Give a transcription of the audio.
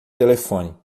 telefone